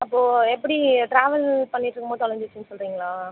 அப்போது எப்படி ட்ராவல் பண்ணிகிட்ருக்கம்போது தொலைஞ்சிடுச்சினு சொல்கிறிங்களா